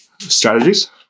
strategies